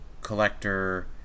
collector